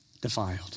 defiled